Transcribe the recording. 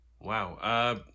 Wow